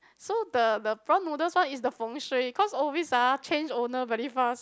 so the the prawn noodle one is the Feng-Shui cause always ah change owner very fast